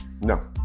No